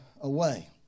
away